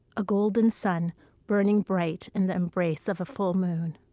a golden sun burning bright in the embrace of a full moon,